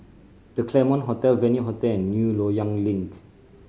The Claremont Hotel Venue Hotel and New Loyang Link